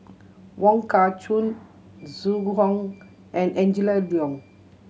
Wong Kah Chun Zhu Hong and Angela Liong